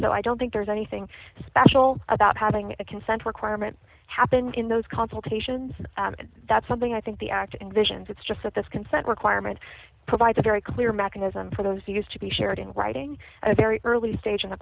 so i don't think there's anything special about having a consent requirement happen in those consultations and that's something i think the act and visions it's just that this consent requirement provides a very clear mechanism for those used to be shared in writing a very early stage in the